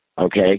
okay